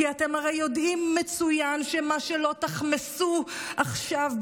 כי אתם הרי יודעים מצוין שמה שלא תחמסו עכשיו,